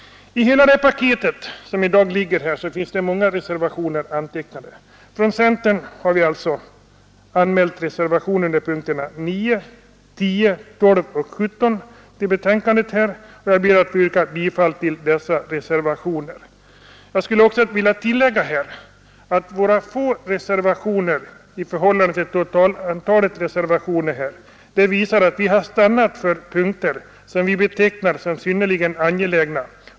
I hela det paket som föreligger här finns många reservationer antecknade. Från centern har vi avgivit reservationerna 9, 10, 12 och 17, vilka jag alltså har yrkat bifall till. Jag skulle vilja tillägga att det fåtal reservationer som centern avlämnat i förhållande till det totala antalet visar att vi har stannat för punkter som vi betecknar som synnerligen angelägna.